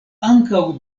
ankaŭ